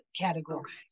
categories